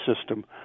system